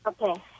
Okay